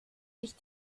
sich